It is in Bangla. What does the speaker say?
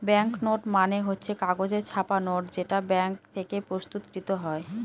ব্যাঙ্ক নোট মানে হচ্ছে কাগজে ছাপা নোট যেটা ব্যাঙ্ক থেকে প্রস্তুত কৃত হয়